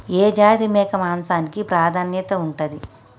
ఏ జాతి మేక మాంసానికి ప్రాధాన్యత ఉంటది?